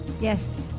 Yes